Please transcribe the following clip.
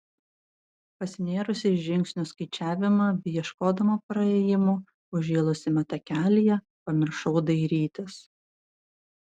pasinėrusi į žingsnių skaičiavimą bei ieškodama praėjimo užžėlusiame takelyje pamiršau dairytis